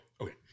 Okay